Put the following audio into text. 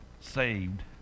saved